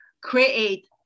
create